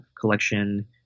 collection